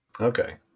Okay